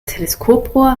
teleskoprohr